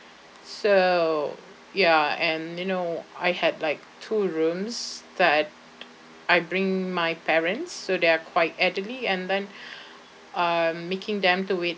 so ya and you know I had like two rooms that I bring my parents so they are quite elderly and then um making them to wait